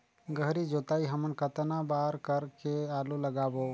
गहरी जोताई हमन कतना बार कर के आलू लगाबो?